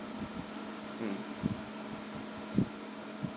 mm